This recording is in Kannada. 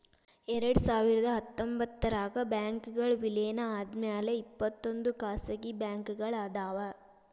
ಎರಡ್ಸಾವಿರದ ಹತ್ತೊಂಬತ್ತರಾಗ ಬ್ಯಾಂಕ್ಗಳ್ ವಿಲೇನ ಆದ್ಮ್ಯಾಲೆ ಇಪ್ಪತ್ತೊಂದ್ ಖಾಸಗಿ ಬ್ಯಾಂಕ್ಗಳ್ ಅದಾವ